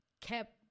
kept